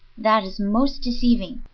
that is most deceiving.